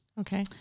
Okay